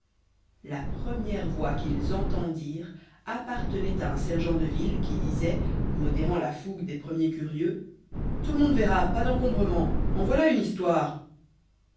la première voix qu'ils entendirent appartenait à un sergent de ville qui disait modérant la fougue des premiers curieux tout le monde verra pas d'encombrement en voilà une histoire